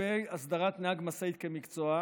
לגבי הסדרת נהג משאית כמקצוע,